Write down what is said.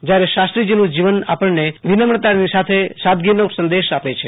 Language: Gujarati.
જયારે શાસ્ત્રીજીનું જીવન આપણને વિનમ્રતા અને સાદગીનો સંદેશ આપે છે